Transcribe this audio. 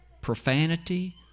profanity